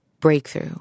Breakthrough